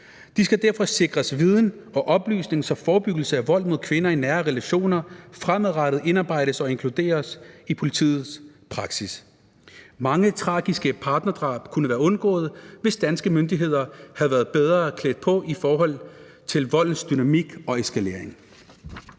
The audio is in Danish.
De skal derfor sikres viden og oplysning, så forebyggelse af vold mod kvinder i nære relationer fremadrettet indarbejdes og inkluderes i politiets praksis. Mange tragiske partnerdrab kunne være undgået, hvis danske myndigheder havde været bedre klædt på i forhold til voldens dynamik og eskalering.